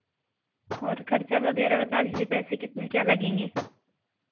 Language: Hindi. और खर्चा वगैरह बता दीजिए पैसे कितने क्या लगेंगे